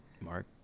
Mark